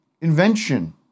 invention